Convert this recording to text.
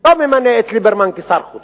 לא ממנה את ליברמן לשר החוץ.